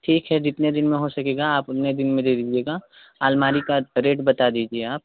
ठीक है जितने दिन में हो सकेगा आप उतने दिन में दे दीजिएगा अलमारी का रेट बता दीजिए आप